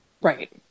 Right